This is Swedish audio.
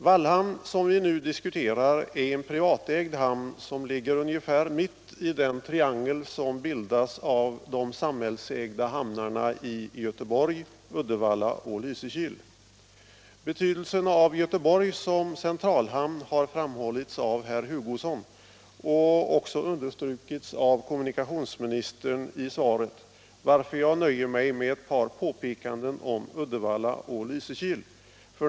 Wallhamn, som vi nu diskuterar, är en privatägd hamn som ligger ungefär mitt i den triangel som bildas av de samhällsägda hamnarna i Göteborg, Uddevalla och Lysekil. Betydelsen av Göteborg som centralhamn har framhållits av herr Hugosson och också understrukits av kommunikationsministern i svaret, varför jag nöjer mig med ett par påpekanden om Uddevalla och Lysekil.